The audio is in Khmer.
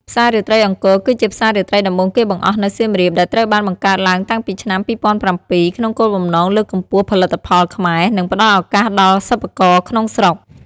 ផ្សាររាត្រីអង្គរគឺជាផ្សាររាត្រីដំបូងគេបង្អស់នៅសៀមរាប ដែលត្រូវបានបង្កើតឡើងតាំងពីឆ្នាំ ២០០៧ ក្នុងគោលបំណងលើកកម្ពស់ផលិតផលខ្មែរ និងផ្ដល់ឱកាសដល់សិប្បករក្នុងស្រុក។